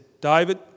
David